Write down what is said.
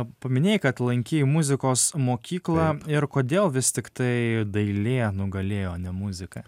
paminėjai kad lankei muzikos mokyklą ir kodėl vis tiktai dailė nugalėjo ne muzika